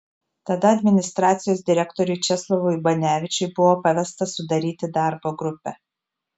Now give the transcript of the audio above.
tada administracijos direktoriui česlovui banevičiui buvo pavesta sudaryti darbo grupę